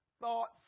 thoughts